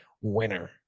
Winner